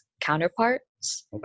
counterparts